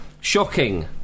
Shocking